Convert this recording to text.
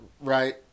right